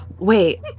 Wait